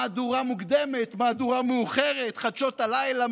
מהדורה מוקדמת, מהדורה מאוחרת, חדשות הלילה.